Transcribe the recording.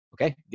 okay